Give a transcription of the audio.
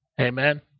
Amen